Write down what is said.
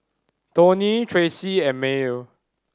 Tony Tracy and Maye